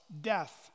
death